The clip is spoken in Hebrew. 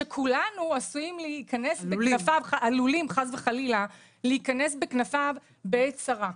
שכולנו עלולים להיכנס בכנפיו בעת צרה.